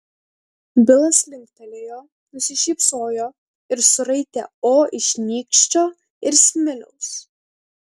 bilas linktelėjo nusišypsojo ir suraitė o iš nykščio ir smiliaus